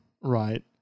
right